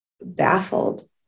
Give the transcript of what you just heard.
baffled